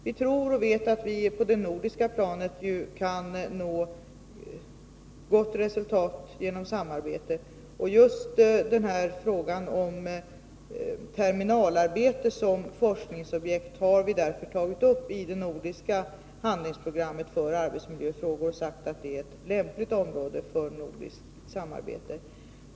Vi tror och vet att vi på det nordiska planet kan nå ett gott resultat genom samarbete. Just frågan om terminalarbetet såsom forskningsobjekt har vi därför tagit upp i det nordiska handlingsprogrammet för arbetsmiljöfrågor och sagt att det är ett lämpligt område för nordiskt samarbete.